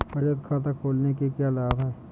बचत खाता खोलने के क्या लाभ हैं?